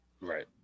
Right